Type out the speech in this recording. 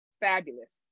fabulous